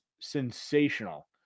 sensational